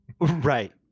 right